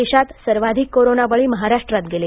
देशात सर्वाधिक कोरोनाबळी महाराष्ट्रात गेले